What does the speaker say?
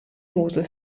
mosel